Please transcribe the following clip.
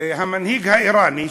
המנהיג האיראני,